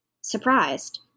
Surprised